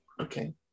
okay